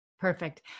Perfect